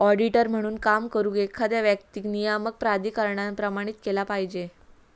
auditor म्हणून काम करुक, एखाद्या व्यक्तीक नियामक प्राधिकरणान प्रमाणित केला पाहिजे